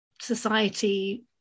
society